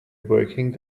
working